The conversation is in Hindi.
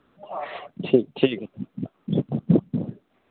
ठीक ठीक